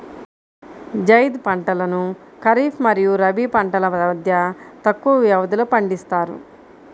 జైద్ పంటలను ఖరీఫ్ మరియు రబీ పంటల మధ్య తక్కువ వ్యవధిలో పండిస్తారు